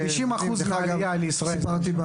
סיפרתי,